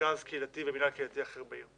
מרכז קהילתי ומינהל קהילתי אחר בעיר.